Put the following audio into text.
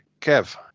Kev